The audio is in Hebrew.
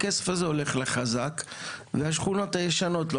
הכסף הזה הולך לחזק והשכונות הישנות לא